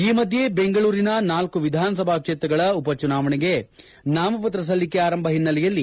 ಈ ಮಧ್ಯೆ ಬೆಂಗಳೂರಿನ ನಾಲ್ಕು ವಿಧಾನಸಭಾ ಕ್ಷೇತ್ರಗಳ ಉಪಚುನಾವಣೆಗೆ ನಾಮಪತ್ರ ಸಲ್ಲಿಕೆ ಆರಂಭ ಹಿನ್ನೆಲೆಯಲ್ಲಿ